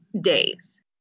days